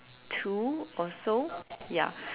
two or so ya